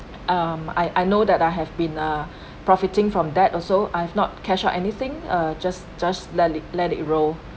um I I know that I have been uh profiting from that also I have not cash-out anything uh just just let it let it roll